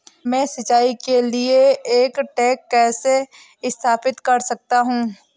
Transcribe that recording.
मैं सिंचाई के लिए एक टैंक कैसे स्थापित कर सकता हूँ?